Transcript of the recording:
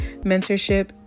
mentorship